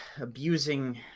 abusing